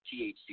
THC